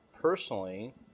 personally